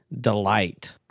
Delight